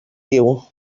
diu